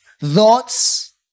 thoughts